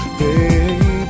baby